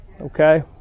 Okay